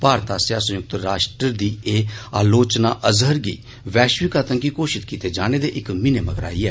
भारत आस्सेआ संयुक्त राष्ट्र दी एह आलोचना अजहर गी वैश्विक आतंकी घोषित कीते जाने दे इक म्हीने मगरा आई ऐ